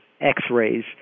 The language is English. x-rays